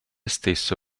stesso